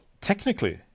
technically